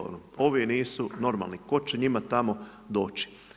Ovi nisu normalni, tko će njima tamo doći.